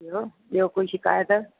ॿियो ॿियो कोई शिकायत